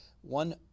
one